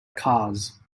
cause